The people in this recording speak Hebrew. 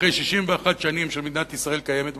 61 שנים שמדינת ישראל קיימת בהן,